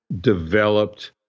developed